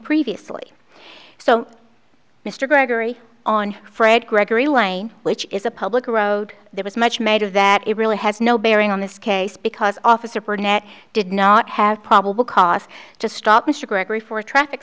previously so mr gregory on fred gregory lane which is a public road there was much made of that it really has no bearing on this case because officer burnett did not have probable cause to stop mr gregory for a traffic